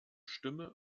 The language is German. stimme